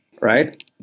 right